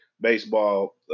baseball